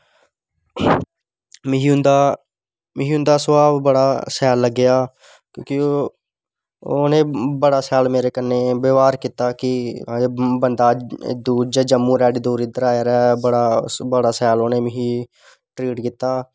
मिगी उंदा स्वाभ बड़ा शैल लग्गेआ क्योंकि उनें बड़ा शैल मेरे कन्नै व्यावहार कीता की अगर बंदे जम्मू दा एड्डी दूर इध्दर आया दा ऐ बड़ा शैल मिगी उनें ट्रीट कीता